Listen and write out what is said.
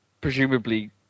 presumably